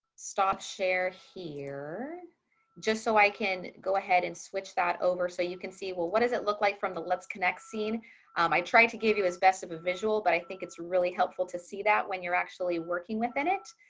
stop share here just so i can go ahead and switch that over. so you can see, well, what does it look like from the let's connect um i tried to give you as best of a visual, but i think it's really helpful to see that when you're actually working within it.